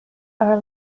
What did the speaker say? our